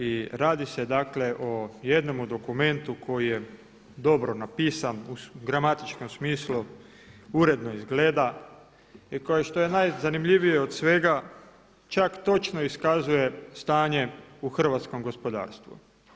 I radi se dakle o jednom dokumentu koji je dobro napisan, u gramatičkom smislu uredno izgleda i što je najzanimljivije od svega čak točno iskazuje stanje u hrvatskom gospodarstvu.